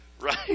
Right